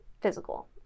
physical